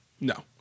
No